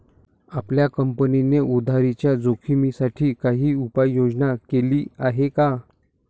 आपल्या कंपनीने उधारीच्या जोखिमीसाठी काही उपाययोजना केली आहे का?